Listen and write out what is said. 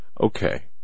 okay